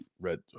red